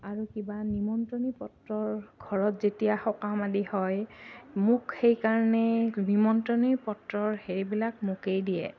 আৰু কিবা নিমন্ত্ৰণী পত্ৰৰ ঘৰত যেতিয়া সকাম আদি হয় মোক সেইকাৰণে নিমন্ত্ৰণীৰ পত্ৰৰ হেৰিবিলাক মোকেই দিয়ে